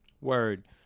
Word